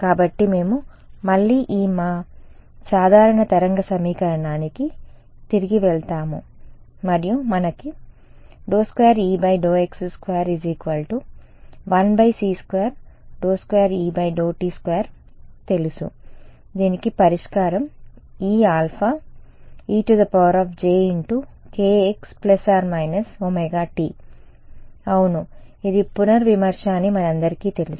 కాబట్టి మేము మళ్లీ మా సాధారణ తరంగ సమీకరణానికి తిరిగి వెళ్తాము మరియు మనకు 2Ex2 1c22Et2 తెలుసు దీనికి పరిష్కారం Eαe jkx±ωt అవును ఇది పునర్విమర్శ అని మనందరికీ తెలుసు